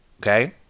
Okay